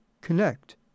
connect